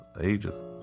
Ages